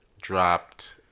dropped